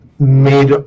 made